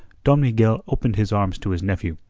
don miguel opened his arms to his nephew,